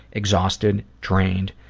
exhausted, drained,